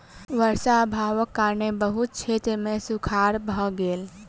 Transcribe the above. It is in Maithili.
वर्षा अभावक कारणेँ बहुत क्षेत्र मे सूखाड़ भ गेल